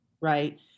right